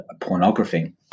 pornography